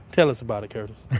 tell us about it, curtis.